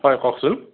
হয় কওকচোন